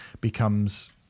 becomes